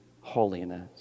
holiness